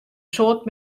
soad